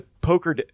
poker